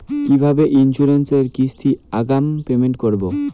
কিভাবে ইন্সুরেন্স এর কিস্তি আগাম পেমেন্ট করবো?